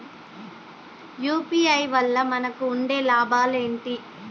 UPI వల్ల మనకు ఉండే లాభాలు ఏంటి?